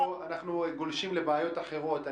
פאיז, אנחנו גולשים לבעיות אחרות.